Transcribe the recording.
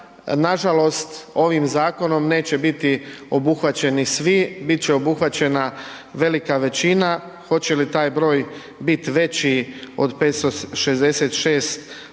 nažalost ovim zakonom neće biti obuhvaćeni svi, bit će obuhvaćena velika većina. Hoće li taj broj biti veći od 566